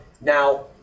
Now